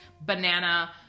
banana